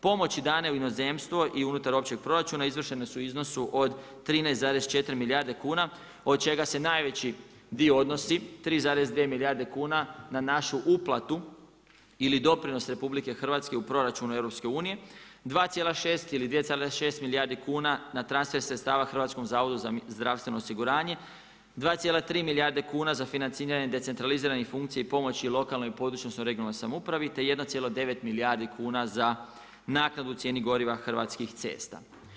Pomoći dane u inozemstvu i unutar općeg proračuna izvršene su u iznosu od 13,4 milijarde kuna, od čega se najveći dio odnosi 3,2 milijarde kuna na našu uplatu ili doprinos RH u proračun EU, 2,6 milijardi kuna na transfer sredstava HZZO-u, 2,3 milijarde kuna za financiranje decentraliziranih funkcija i pomoći lokalnoj i područnoj odnosno regionalnoj samoupravi te 1,9 milijardi kuna za naknadu u cijeni goriva Hrvatskih cesta.